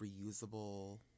reusable